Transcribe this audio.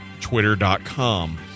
Twitter.com